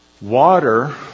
water